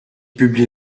publie